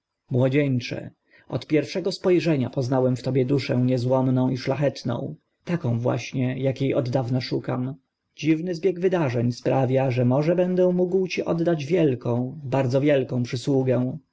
młodzieńcze od pierwszego spo rzenia poznałem w tobie duszę niezłomną i szlachetną taką właśnie akie od dawna szukam dziwny zbieg wydarzeń sprawia że może będę mógł ci oddać wielką bardzo wielką przysługę